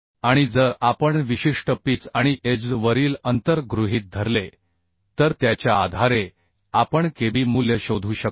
आणि जर आपण विशिष्ट पिच आणि एज वरील अंतर गृहीत धरले तर त्याच्या आधारे आपण KB मूल्य शोधू शकतो